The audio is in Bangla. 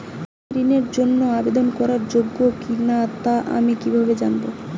আমি ঋণের জন্য আবেদন করার যোগ্য কিনা তা আমি কীভাবে জানব?